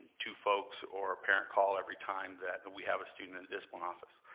two folks or a parent call every time that we have a student in the discipline office.